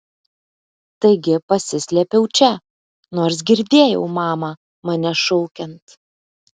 taigi pasislėpiau čia nors girdėjau mamą mane šaukiant